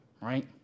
right